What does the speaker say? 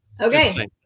Okay